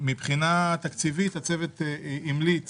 מבחינה תקציבית, הצוות המליץ